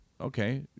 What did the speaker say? Okay